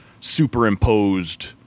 superimposed